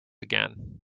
again